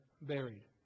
buried